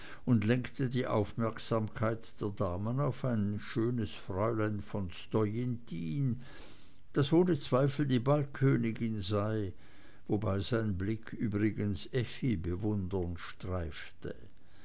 und lenkte die aufmerksamkeit der damen auf ein schönes fräulein von stojentin das ohne zweifel die ballkönigin sei wobei sein blick übrigens effi bewundernd streifte